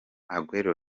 aguero